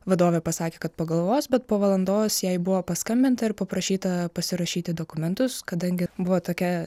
vadovė pasakė kad pagalvos bet po valandos jai buvo paskambinta ir paprašyta pasirašyti dokumentus kadangi buvo tokia